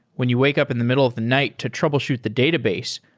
when you wake up in the middle of the night to troubleshoot the database,